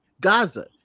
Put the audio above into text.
Gaza